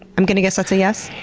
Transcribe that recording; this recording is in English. i'm gonna guess that's a yes?